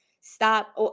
stop